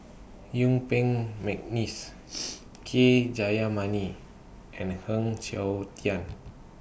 Yuen Peng Mcneice K Jayamani and Heng Siok Tian